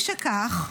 משכך,